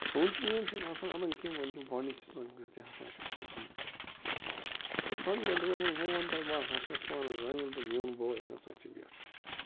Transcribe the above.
سونٛچٕے اوٚت چھِ نہٕ آسان الگ کیٚنٛہہ بٔلکہِ بارڈی سِٹرٛکچر تہِ ہسا چھُ آسان الگ مِثال کے طور پر بہٕ ونہٕ تُہۍ بہٕ ہسا چھُس پانہٕ زٲویُل تہٕ میٛون بوے ہسا چھِ ویٚوٹھ